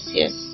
yes